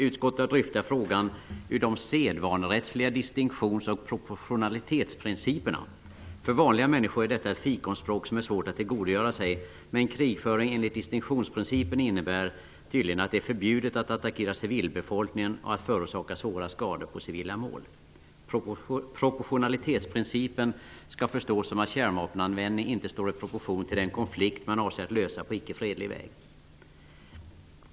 Utskottet har dryftat frågan ur de sedvanerättsliga distinktions och proportionalitetsprinciperna. För vanliga människor är detta ett fikonspråk som är svårt att tillgodogöra sig. Krigföring enligt distinktionsprincipen innebär tydligen att det är förbjudet att attackera civilbefolkningen och att förorsaka svåra skador på civila mål. Proportionalitetsprincipen skall förstås som att kärnvapenanvändning inte står i proportion till den konflikt man avser att lösa på icke-fredlig väg.